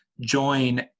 join